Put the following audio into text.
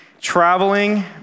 Traveling